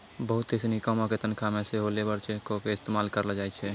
बहुते सिनी कामो के तनखा मे सेहो लेबर चेको के इस्तेमाल करलो जाय छै